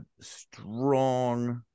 strong